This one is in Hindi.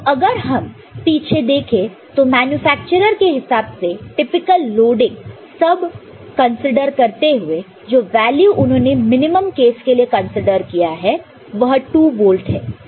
तो अगर हम पीछे देखे तो मैन्युफैक्चरर के हिसाब से टिपिकल लोडिंग सब कंसीडर करते हुए जो वैल्यू उन्होंने मिनिमम केस के लिए कंसीडर किया है वह 2 वोल्ट है